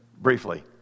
Briefly